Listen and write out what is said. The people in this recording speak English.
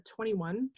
21